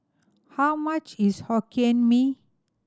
how much is Hokkien Mee